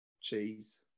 Cheese